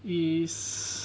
is